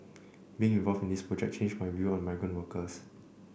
being involved in this project changed my view on migrant workers